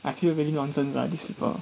I feel really nonsense lah these people